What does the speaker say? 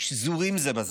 שזורים זה בזה,